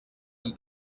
han